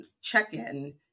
check-in